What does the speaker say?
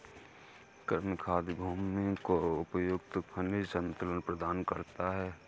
कृमि खाद भूमि को उपयुक्त खनिज संतुलन प्रदान करता है